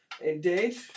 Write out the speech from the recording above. Indeed